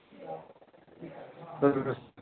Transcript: sir